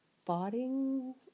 spotting